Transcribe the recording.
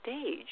stage